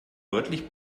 deutlich